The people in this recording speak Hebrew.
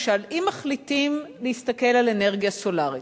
למשל, אם מחליטים להסתכל על אנרגיה סולרית,